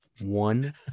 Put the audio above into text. one